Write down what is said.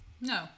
No